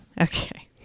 okay